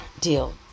deal